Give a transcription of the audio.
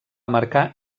marcar